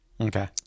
Okay